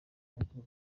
ariko